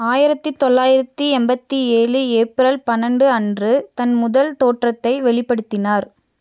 ஆயிரத்தி தொள்ளாயிரத்தி எண்பத்தி ஏழு ஏப்ரல் பன்னெண்டு அன்று தன் முதல் தோற்றத்தை வெளிப்படுத்தினார்